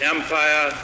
Empire